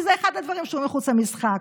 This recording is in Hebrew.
וזה אחד הדברים שהם מחוץ למשחק,